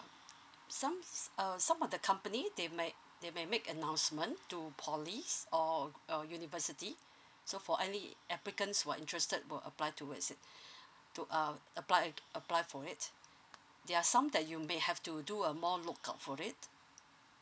some s~ um some of the company they might they might make announcement to polys or uh university so for early applicants were interested will apply towards it to uh apply apply for it there are some that you may have to do a more look out for it